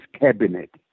cabinet